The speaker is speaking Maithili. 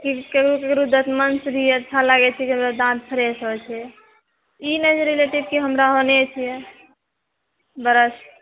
ककरो ककरो दतमनि से भी अच्छा लागै छै जे हमरा दाँत फ्रेश होइ छै ई नहि जे रिलेटेड हमरा ओहने छियै ब्रश